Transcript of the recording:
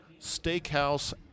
Steakhouse